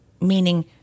meaning